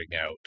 out